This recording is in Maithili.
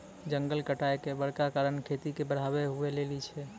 जंगल कटाय के बड़का कारण खेती के बढ़ाबै हुवै लेली छै